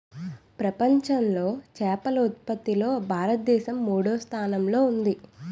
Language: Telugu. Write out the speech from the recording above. ప్రపంచంలో చేపల ఉత్పత్తిలో భారతదేశం మూడవ స్థానంలో ఉంది